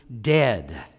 dead